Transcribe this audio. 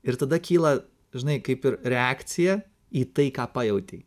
ir tada kyla žinai kaip ir reakcija į tai ką pajautei